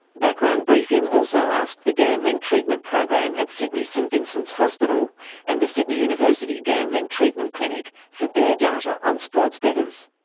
background briefing also asked the gambling treatment program at sydney's st vincent's hospital and the sydney university gambling treatment clinic for their data on sports betters.